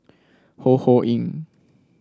Ho Ho Ying